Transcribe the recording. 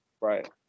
Right